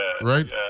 right